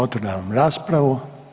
Otvaram raspravu.